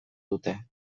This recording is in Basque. dute